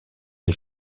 des